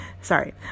sorry